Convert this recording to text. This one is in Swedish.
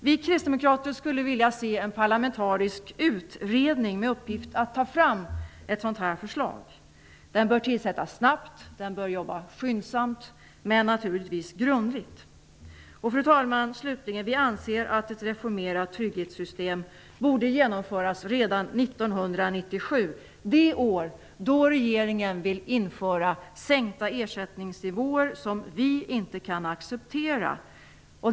Vi kristdemokrater skulle vilja se en parlamentarisk utredning med uppgift att ta fram ett sådant förslag. Utredningen bör tillsättas snabbt och arbeta skyndsamt, men naturligtvis grundligt. Fru talman! Vi anser att ett reformerat trygghetssystem borde genomföras redan 1997 - det år då regeringen vill sänka ersättningsnivåerna. Vi kan inte acceptera sådana sänkningar.